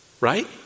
Right